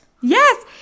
Yes